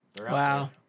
wow